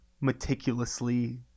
meticulously